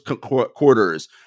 quarters